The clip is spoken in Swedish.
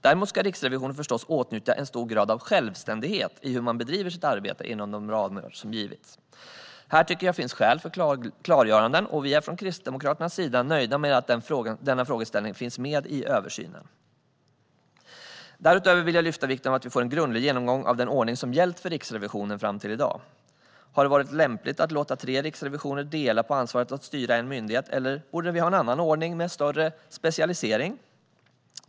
Däremot ska Riksrevisionen förstås åtnjuta en stor grad av självständighet i hur man bedriver sitt arbete inom de ramar som har givits. Här tycker jag finns skäl för klargöranden, och vi från Kristdemokraternas sida är nöjda med att denna frågeställning finns med i översynen. Därutöver vill jag lyfta fram vikten av att vi får en grundlig genomgång av den ordning som gällt för Riksrevisionen fram till i dag. Har det varit lämpligt att låta tre riksrevisorer dela på ansvaret för att styra en myndighet, eller borde vi ha en annan ordning med större specialisering?